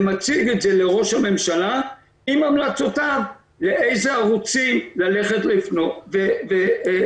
ומציג את זה לראש הממשלה עם המלצותיו באיזה ערוצים ללכת ולטפל,